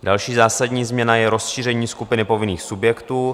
Další zásadní změna je rozšíření skupiny povinných subjektů.